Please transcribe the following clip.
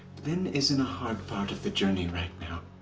blynn is in a hard part of the journey right now.